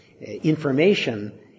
information